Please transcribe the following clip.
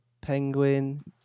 penguin